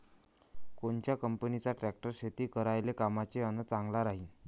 कोनच्या कंपनीचा ट्रॅक्टर शेती करायले कामाचे अन चांगला राहीनं?